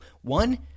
One